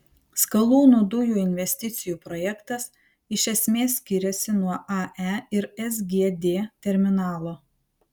skalūnų dujų investicijų projektas iš esmės skiriasi nuo ae ir sgd terminalo